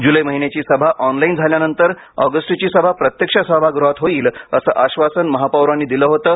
जुलै महिन्याची सभा ऑनलाईन झाल्यानंतर ऑगस्टची सभा प्रत्यक्ष सभाग्रहात होईल असं आश्वासन महापौरांनी दिलं होतं